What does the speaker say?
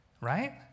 right